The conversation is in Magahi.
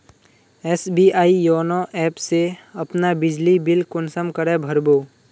एस.बी.आई योनो ऐप से अपना बिजली बिल कुंसम करे भर बो?